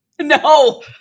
no